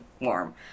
warm